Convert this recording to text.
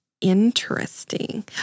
Interesting